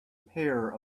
pair